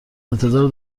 انتظار